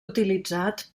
utilitzat